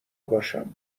باشم